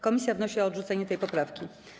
Komisja wnosi o odrzucenie tej poprawki.